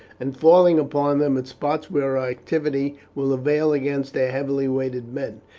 and falling upon them at spots where our activity will avail against their heavily weighted men.